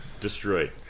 destroyed